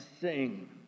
sing